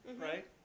right